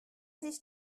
sich